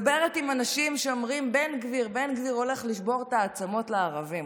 מדברת עם אנשים שאומרים: בן גביר הולך לשבור את העצמות לערבים,